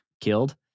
killed